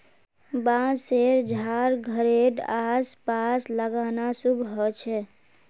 बांसशेर झाड़ घरेड आस पास लगाना शुभ ह छे